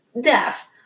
Deaf